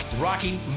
Rocky